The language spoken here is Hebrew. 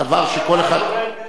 דבר שכל אחד, דבר גורר דבר.